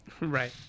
Right